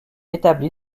établi